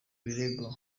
birego